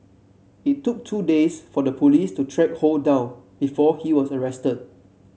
it took two days for the police to track Ho down before he was arrested